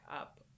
up